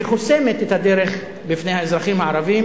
שחוסמת את הדרך בפני האזרחים הערבים